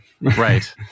Right